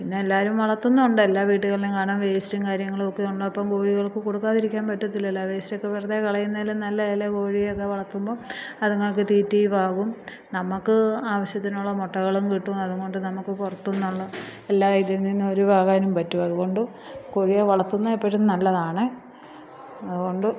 പിന്നെ എല്ലാവരും വളർത്തുന്നുണ്ട് എല്ലാ വീടുകളിലും കാണാം വേസ്റ്റും കാര്യങ്ങളുവൊക്കെ ഉണ്ട് അപ്പം കോഴികൾക്ക് കൊടുക്കാതിരിക്കാൻ പറ്റത്തില്ലല്ലോ ആ വേസ്റ്റൊക്കെ വെറുതെ കളയുന്നതിലും നല്ലതല്ലെ കോഴിയെ ഒക്കെ വളർത്തുമ്പം അത്ങ്ങൾക്ക് തീറ്റീവാകും നമുക്ക് ആവശ്യത്തിനുള്ള മുട്ടകളും കിട്ടും അതുംകൊണ്ട് നമുക്ക് പുറത്തുന്നുള്ള എല്ലാ ഇതിൽ നിന്നും ഒരുവാകാനും പറ്റും അതുകൊണ്ട് കോഴിയെ വളർത്തുന്നത് എപ്പോഴും നല്ലതാണ് അതുകൊണ്ട്